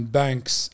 banks